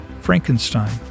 Frankenstein